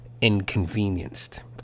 inconvenienced